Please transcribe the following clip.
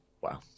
Wow